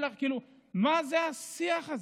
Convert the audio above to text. מה זה השיח הזה?